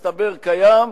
מסתבר, קיים,